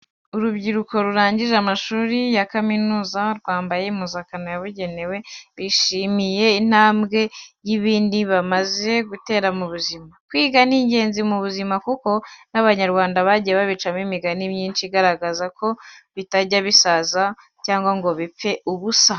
Urubyiruko rurangije amashuri makuru ya kaminuza rwambaye impuzankano yabugenewe, bishimiye intambwe yindi bamaze gutera mu buzima. Kwiga ni ingenzi mu buzima kuko n'Abanyarwanda bagiye babicamo imigani myinshi igaragaza ko bitajya bisaza cyangwa ngo bipfe ubusa.